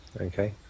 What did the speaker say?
Okay